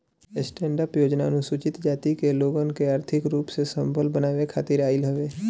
stand up योजना अनुसूचित जाति के लोगन के आर्थिक रूप से संबल बनावे खातिर आईल हवे